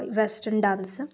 western dance